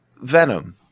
Venom